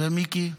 ומיקי?